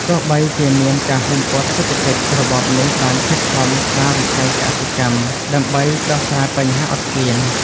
ទោះបីជាមានការហ៊ុមព័ទ្ធសេដ្ឋកិច្ច របបនេះបានខិតខំស្តារវិស័យកសិកម្មដើម្បីដោះស្រាយបញ្ហាអត់ឃ្លាន។